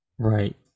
Right